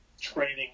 training